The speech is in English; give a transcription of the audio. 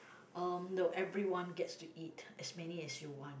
uh no everyone gets to eat as many as you want